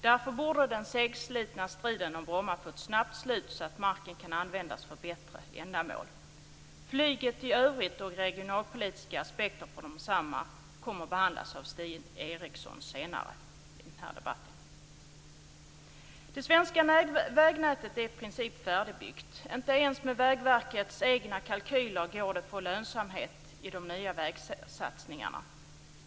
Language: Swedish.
Därför borde den segslitna striden om Bromma få ett snabb slut så att marken kan användas för bättre ändamål. Flyget i övrigt och regionalpolitiska aspekter på detsamma kommer att behandlas av Stig Eriksson senare i den här debatten. Det svenska vägnätet är i princip färdigbyggt. Inte ens med Vägverkets egna kalkyler går det att få lönsamhet i de nya vägsatsningarna.